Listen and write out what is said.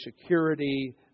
security